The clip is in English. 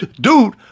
Dude